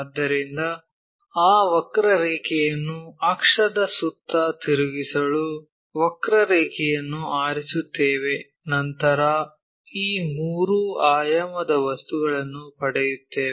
ಆದ್ದರಿಂದ ಆ ವಕ್ರರೇಖೆಯನ್ನು ಅಕ್ಷದ ಸುತ್ತ ತಿರುಗಿಸಲು ವಕ್ರರೇಖೆಯನ್ನು ಆರಿಸುತ್ತೇವೆ ನಂತರ ಈ ಮೂರು ಆಯಾಮದ ವಸ್ತುಗಳನ್ನು ಪಡೆಯುತ್ತೇವೆ